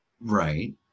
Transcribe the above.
Right